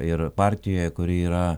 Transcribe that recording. ir partijoje kuri yra